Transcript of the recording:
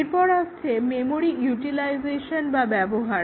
এরপর আসছে মেমোরির ইউটিলাইজেশন বা ব্যবহার